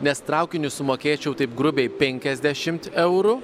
nes traukiniu sumokėčiau taip grubiai penkiasdešimt eurų